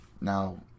Now